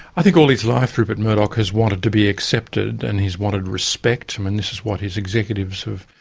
i think all his life rupert murdoch has wanted to be accepted and he's wanted respect. and this is what his executives have,